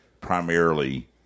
primarily